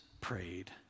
prayed